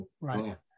right